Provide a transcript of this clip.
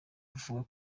bavuga